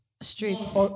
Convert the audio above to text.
Streets